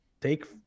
take